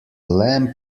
lamp